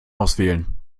auswählen